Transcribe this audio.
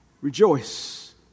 Rejoice